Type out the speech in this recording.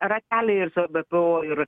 rately ir su ebpo ir